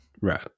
Right